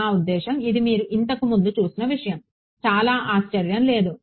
నా ఉద్దేశ్యం ఇది మీరు ఇంతకు ముందు చూసిన విషయం చాలా ఆశ్చర్యం లేదు